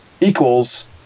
equals